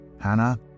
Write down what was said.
Hannah